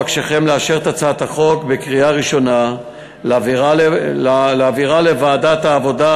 אבקשכם לאשר את הצעת החוק בקריאה ראשונה ולהעבירה לוועדת העבודה,